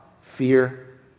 Fear